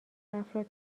افراد